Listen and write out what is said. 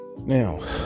now